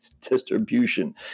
distribution